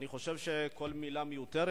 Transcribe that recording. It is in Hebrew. כל מלה מיותרת.